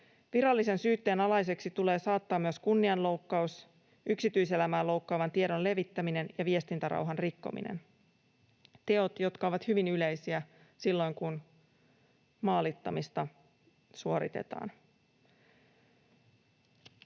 virallisen syytteen alaiseksi tulee saattaa myös kunnianloukkaus, yksityiselämää loukkaavan tiedon levittäminen ja viestintärauhan rikkominen — teot, jotka ovat hyvin yleisiä silloin, kun maalittamista suoritetaan.